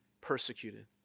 persecuted